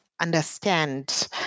understand